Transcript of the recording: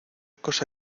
cosa